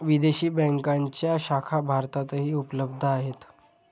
विदेशी बँकांच्या शाखा भारतातही उपलब्ध आहेत